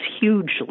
hugely